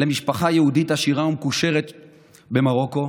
למשפחה יהודית עשירה ומקושרת במרוקו,